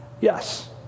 yes